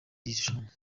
rushanwa